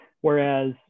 whereas